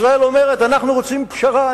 ישראל אומרת: אנחנו רוצים פשרה,